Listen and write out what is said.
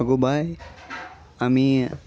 आगो बाय आमी